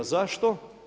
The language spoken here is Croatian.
Zašto?